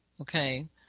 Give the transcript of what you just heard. okay